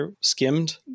skimmed